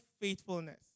faithfulness